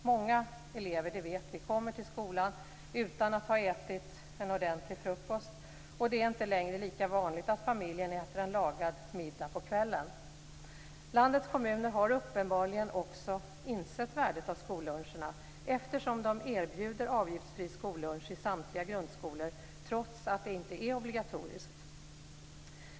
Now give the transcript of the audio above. Många kommer till skolan utan att ha ätit en ordentlig frukost, och det är inte längre lika vanligt att familjen äter en lagad middag på kvällen. Landets kommuner har uppenbarligen också insett värdet av skolluncherna eftersom de erbjuder avgiftsfri skollunch i samtliga grundskolor trots att det inte är obligatoriskt.